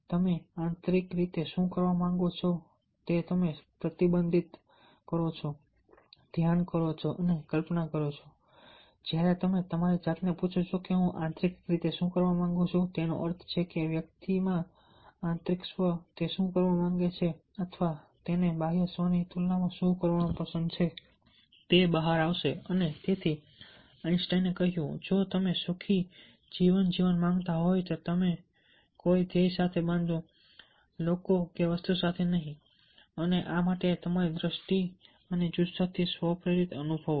તમે આંતરિક રીતે શું કરવા માંગો છો તે તમે પ્રતિબિંબિત કરો છો ધ્યાન કરો છો અને કલ્પના કરો છો અને જ્યારે તમે તમારી જાતને પૂછો છો કે હું આંતરિક રીતે શું કરવા માંગુ છું તો તેનો અર્થ એ છે કે વ્યક્તિમાં આંતરિક સ્વ તે શું કરવા માંગે છે અથવા તેને બાહ્ય સ્વની તુલનામાં શું કરવાનું પસંદ છે તે બહાર આવશે અને તેથી આઈન્સ્ટાઈને કહ્યું જો તમે સુખી જીવન જીવવા માંગતા હોવ તો તેને કોઈ ધ્યેય સાથે બાંધો લોકો કે વસ્તુઓ સાથે નહીં અને આ માટે તમારી દ્રષ્ટિ અને જુસ્સાથી સ્વ પ્રેરિત અનુભવો